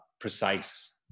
precise